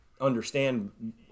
understand